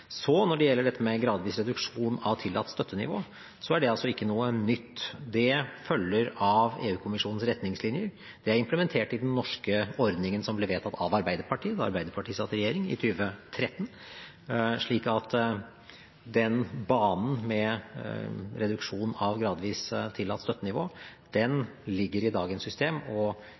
Når det gjelder dette med gradvis reduksjon i tillatt støttenivå, er ikke det noe nytt. Det følger av EU-kommisjonens retningslinjer. Det er implementert i den norske ordningen som ble vedtatt av Arbeiderpartiet, da Arbeiderpartiet satt i regjering i 2013, så banen med gradvis reduksjon i tillatt støttenivå ligger i dagens system,